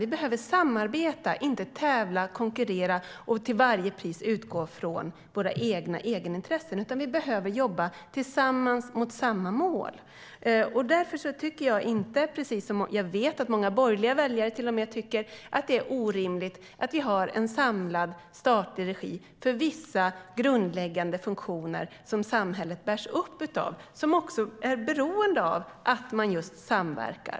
Vi behöver samarbeta, inte tävla, konkurrera och till varje pris utgå från våra egenintressen. Vi behöver jobba tillsammans mot samma mål. Därför tycker jag inte, och jag vet att många borgerliga väljare inte heller tycker det, att det är orimligt att vissa grundläggande funktioner som samhället bärs upp av ligger samlat under statlig regi. Det är funktioner som är beroende av att man just samverkar.